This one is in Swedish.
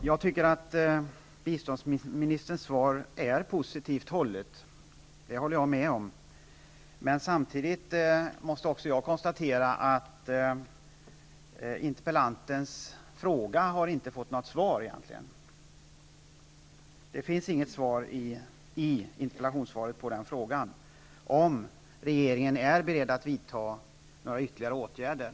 Herr talman! Jag tycker att biståndsministerns svar är positivt hållet, det kan jag gärna medge. Samtidigt måste jag konstatera att interpellantens fråga egentligen inte besvarats. Det ges inget besked i interpellationssvaret om regeringen är beredd att vidta några ytterligare åtgärder.